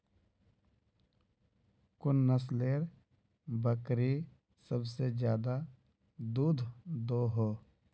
कुन नसलेर बकरी सबसे ज्यादा दूध दो हो?